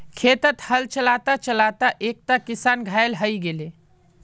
खेतत हल चला त चला त एकता किसान घायल हय गेले